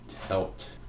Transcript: helped